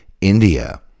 India